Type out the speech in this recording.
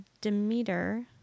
Demeter